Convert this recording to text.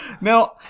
Now